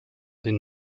den